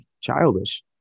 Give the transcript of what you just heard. childish